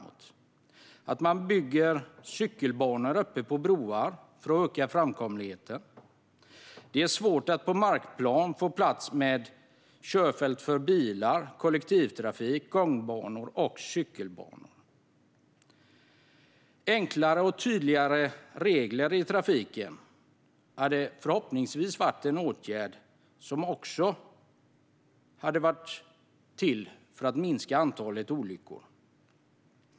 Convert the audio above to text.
Det handlar om att bygga cykelbanor uppepå broar för att öka framkomligheten. Det är svårt att på markplan få plats med körfält för bilar, kollektivtrafik, gångbanor och cykelbanor. Enklare och tydligare regler i trafiken skulle förhoppningsvis också vara en åtgärd som minskar antalet olyckor.